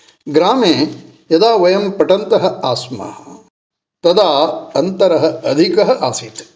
ग्रामे यदा वयं पठन्तः आस्म तदा अन्तरः अधिकः आसीत्